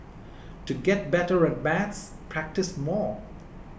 to get better at maths practise more